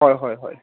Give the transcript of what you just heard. হয় হয় হয়